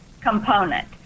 component